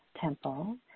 temple